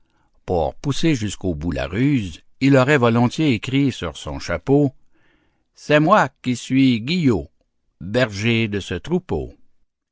pour pousser jusqu'au bout la ruse il aurait volontiers écrit sur son chapeau c'est moi qui suis guillot berger de ce troupeau